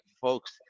folks